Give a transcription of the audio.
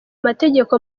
mategeko